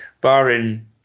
barring